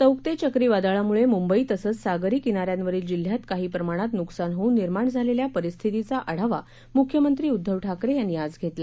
Tauktae चक्रीवादळामुळे मुंबई तसंच सागरी किनाऱ्यांवरील जिल्ह्यांत काही प्रमाणात नुकसान होऊन निर्माण झालेल्या परिस्थितीचा आढावा मुख्यमंत्री उद्दव ठाकरे यांनी आज घेतला